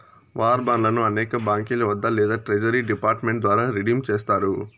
war బాండ్లను అనేక బాంకీల వద్ద లేదా ట్రెజరీ డిపార్ట్ మెంట్ ద్వారా రిడీమ్ చేస్తారు